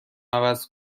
عوض